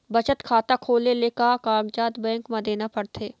बचत खाता खोले ले का कागजात बैंक म देना पड़थे?